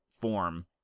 form